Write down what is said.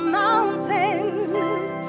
mountains